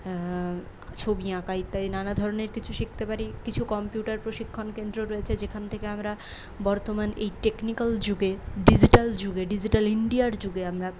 ছবি আঁকা ইত্যাদি নানাধরনের কিছু শিখতে পারি কিছু কম্পিউটার প্রশিক্ষণ কেন্দ্র রয়েছে যেখান থেকে আমরা বর্তমান এই টেকনিকাল যুগে ডিজিটাল যুগে ডিজিটাল ইন্ডিয়ার যুগে আমরা